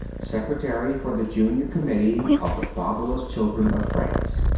secretary for the junior committee of the fatherless children of france.